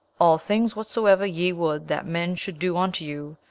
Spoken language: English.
all things whatsoever ye would that men should do unto you,